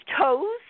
toes